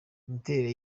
imiterere